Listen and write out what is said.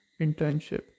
internship